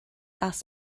ask